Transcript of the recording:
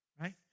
right